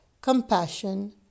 compassion